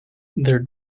their